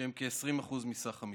שהם כ-20% מסך המיטות.